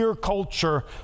culture